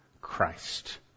Christ